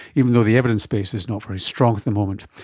even though the evidence base is not very strong at the moment.